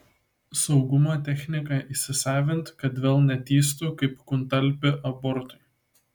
saugumo techniką įsisavint kad vėl netįstų kaip kuntaplį abortui